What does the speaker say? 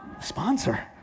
sponsor